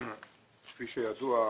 כפי שידוע,